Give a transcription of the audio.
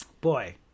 Boy